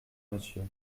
monsieur